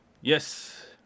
Yes